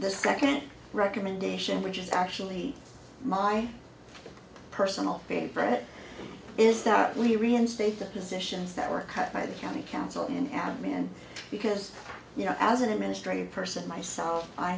the second recommendation which is actually my personal favorite is that we reinstate the positions that were cut by the county council in atlanta because you know as an administrative person myself i